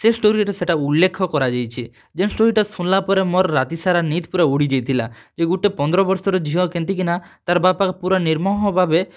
ସେ ଷ୍ଟୋରୀରେ ସେଟା ଉଲ୍ଲେଖ୍ କରାଯାଇଛେ ଯେନ୍ ଷ୍ଟୋରୀଟା ଶୁନ୍ଲା ପରେ ମୋର୍ ରାତିସାରା ନିଦ୍ ପୂରା ଉଡ଼ି ଯାଇଥିଲା ଯେ ଗୁଟେ ପନ୍ଦ୍ର ବର୍ଷର ଝିଅ କେନ୍ତିକିନା ତା'ର୍ ବାପାକେ ପୂରା ନିର୍ମମ୍ ଭାବେ